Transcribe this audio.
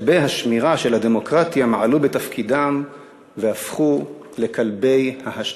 כלבי השמירה של הדמוקרטיה מעלו בתפקידם והפכו לכלבי ההשתקה.